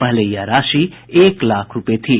पहले यह राशि एक लाख रूपये थी